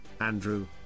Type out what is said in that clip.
andrew